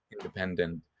independent